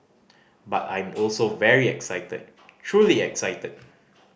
but I'm also very excited truly excited